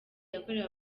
yakorewe